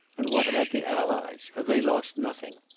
and what about the allies? have they lost nothing?